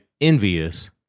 envious